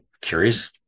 curious